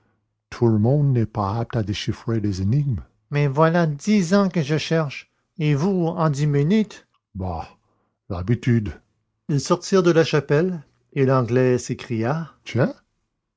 tout le monde n'est pas apte à déchiffrer les énigmes mais voilà dix ans que je cherche et vous en dix minutes bah l'habitude ils sortirent de la chapelle et l'anglais s'écria